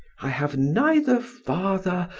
i have neither father,